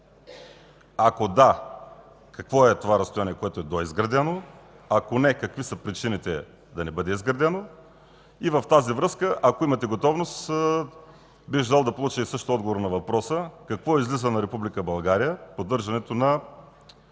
Ако да, какво е това разстояние, което е било изградено? Ако не, какви са причините да не бъде изградено? В тази връзка, ако имате готовност, бих желал да получа и отговор на въпроса: колко излиза на Република България поддържането на